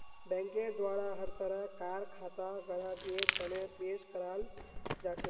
बैंकेर द्वारा हर तरह कार खाता ग्राहकेर तने पेश कराल जाछेक